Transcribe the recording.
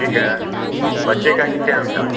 ठीक है बच्चे का कि श्याम का